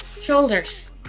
shoulders